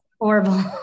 horrible